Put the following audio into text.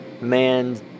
Man